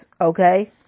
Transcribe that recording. Okay